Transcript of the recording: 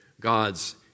God's